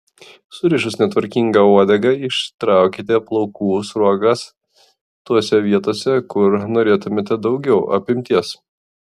surišus netvarkingą uodegą ištraukite plaukų sruogas tose vietose kur norėtumėte daugiau apimties